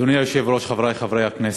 אדוני היושב-ראש, חברי חברי הכנסת,